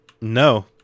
No